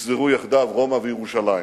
נשזרו יחדיו רומא וירושלים,